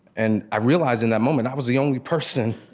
and i realized in that moment i was the only person,